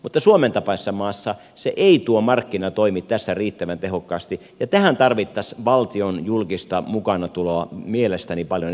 mutta suomen tapaisessa maassa tuo markkina ei toimi tässä riittävän tehokkaasti ja tähän tarvittaisiin valtion julkista mukaantuloa mielestäni paljon enemmän